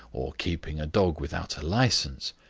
or keeping a dog without a licence.